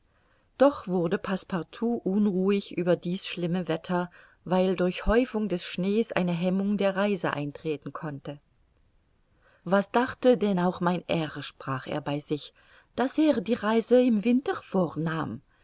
doch wurde passepartout unruhig über dies schlimme wetter weil durch häufung des schnees eine hemmung der reise eintreten konnte was dachte denn auch mein herr sprach er bei sich daß er die reise im winter vornahm